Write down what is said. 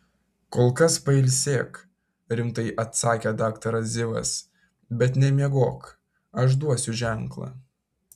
kol kas pailsėk rimtai atsakė daktaras zivas bet nemiegok aš duosiu ženklą